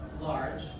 large